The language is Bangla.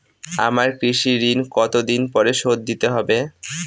আমার কৃষিঋণ কতদিন পরে শোধ দিতে হবে?